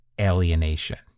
alienation